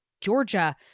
Georgia